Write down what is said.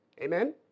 Amen